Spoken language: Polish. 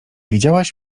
widziałaś